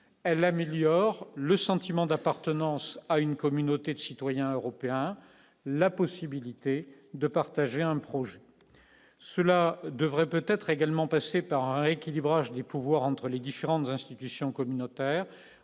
elle améliore le sentiment d'appartenance à une communauté de citoyens européens la possibilité de partager un projet cela devrait peut-être également passer par un rééquilibrage des pouvoirs entre les différentes institutions communautaires